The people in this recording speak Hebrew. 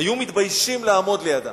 היו מתביישים לעמוד לידה.